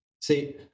See